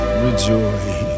rejoice